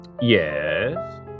Yes